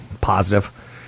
positive